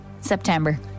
September